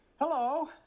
Hello